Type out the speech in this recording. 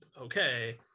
Okay